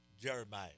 Jeremiah